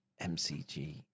MCG